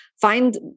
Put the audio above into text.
Find